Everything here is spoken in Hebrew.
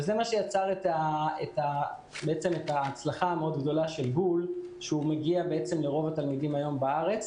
זה יצר את ההצלחה הגדולה של גול שהוא מגיע לרוב התלמידים היום בארץ.